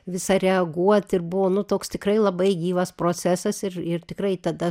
visa reaguot ir buvo nu toks tikrai labai gyvas procesas ir ir tikrai tada